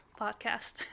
podcast